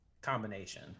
Combination